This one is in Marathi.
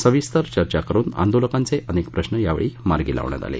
सविस्तर चर्चा करून आंदोलकांचे अनेक प्रश्न यावेळी मार्गी लावण्यात आले